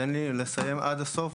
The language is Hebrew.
תן לי לסיים את דבריי עד הסוף.